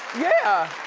yeah.